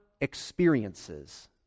experiences